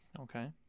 Okay